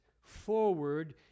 forward